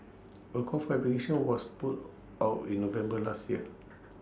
A call for applications was put out in November last year